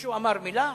מישהו אמר מלה?